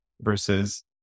versus